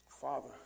Father